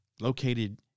located